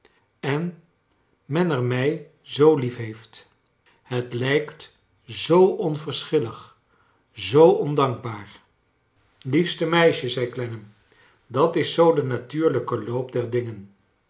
en men er mij zoo lief heeft het lijkt zoo onverschillig zoo ondankbaar liefste meisje zei clennam dat is zoo de natuurlijke loop der dingen